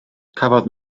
cafodd